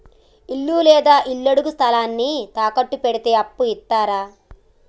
ఇల్లు లేదా ఇళ్లడుగు స్థలాన్ని తాకట్టు పెడితే అప్పు ఇత్తరా?